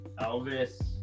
Elvis